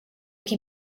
que